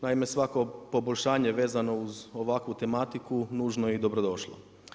Naime, svako poboljšanje, vezano uz ovakvu tematiku, nužno je i dobro došlo.